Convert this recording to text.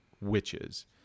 witches